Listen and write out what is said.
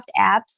apps